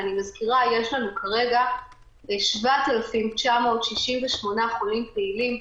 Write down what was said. ואני מזכירה, יש לנו כרגע 7,968 חולים פעילים.